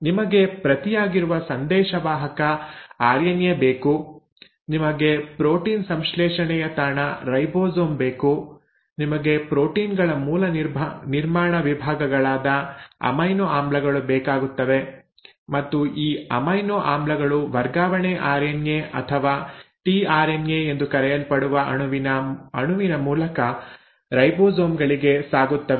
ನಿಮಗೆ ಪ್ರತಿಯಾಗಿರುವ ಸಂದೇಶವಾಹಕ ಆರ್ಎನ್ಎ ಬೇಕು ನಿಮಗೆ ಪ್ರೋಟೀನ್ ಸಂಶ್ಲೇಷಣೆಯ ತಾಣ ರೈಬೋಸೋಮ್ ಬೇಕು ನಿಮಗೆ ಪ್ರೋಟೀನ್ ಗಳ ಮೂಲ ನಿರ್ಮಾಣ ವಿಭಾಗಗಳಾದ ಅಮೈನೋ ಆಮ್ಲಗಳು ಬೇಕಾಗುತ್ತವೆ ಮತ್ತು ಈ ಅಮೈನೋ ಆಮ್ಲಗಳು ವರ್ಗಾವಣೆ ಆರ್ಎನ್ಎ ಅಥವಾ ಟಿಆರ್ಎನ್ಎ ಎಂದು ಕರೆಯಲ್ಪಡುವ ಅಣುವಿನ ಮೂಲಕ ರೈಬೋಸೋಮ್ ಗಳಿಗೆ ಸಾಗುತ್ತವೆ